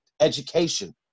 education